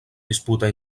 disputa